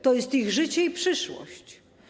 To jest ich życie i przyszłość.